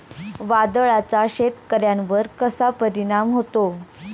वादळाचा शेतकऱ्यांवर कसा परिणाम होतो?